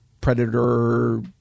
predator